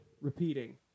repeating